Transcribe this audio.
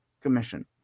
Commission